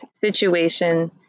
situation